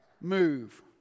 move